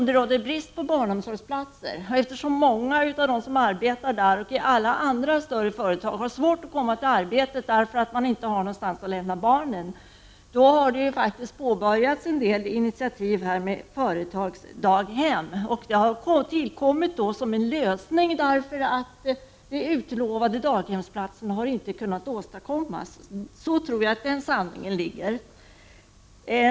Det råder brist på barnomsorgsplatser, och många av dem som arbetar där — och i alla andra större företag — har svårt att komma till arbetet, därför att man inte har någonstans att lämna barnen. Då har det tagits en del initiativ till företagsdag hem. De har tillkommit som en lösning, därför att de utlovade daghemsplatserna inte har kunnat åstadkommas. Detta tror jag är sanningen.